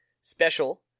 special